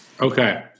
Okay